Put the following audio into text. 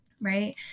right